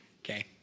Okay